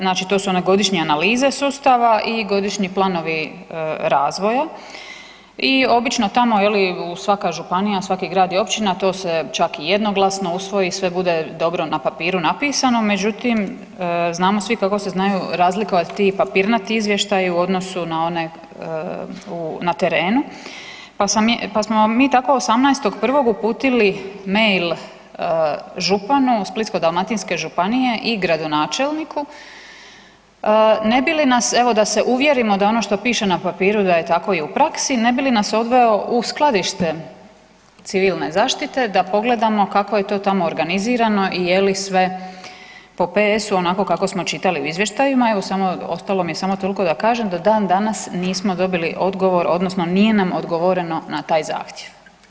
Znači to su godišnje analize sustava i godišnji planovi razvoja i obično tamo je li svaka županija, svaki grad i općina to se čak i jednoglasno usvoji i sve bude dobro na papiru napisano, međutim znamo svi kako se znaju razlikovati ti papirnati izvještaji u odnosu na one na terenu, pa smo mi tako 18.1. uputili mail županu Splitsko-dalmatinske županije i gradonačelniku ne bi li nas, evo da se uvjerimo da ono što piše na papiru da je tako i u praksi, ne bi li nas odveo u skladište civilne zaštite da pogledamo kako je to tamo organizirano i je li sve po PSU onako kako smo čitali u izvještajima, evo ostalo mi je samo toliko da kažem, do dan danas nismo dobili odgovor odnosno nije nam odgovoreno na taj zahtjev.